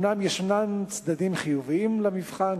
אומנם יש צדדים חיוביים למבחן,